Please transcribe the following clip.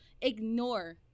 ignore